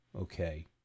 okay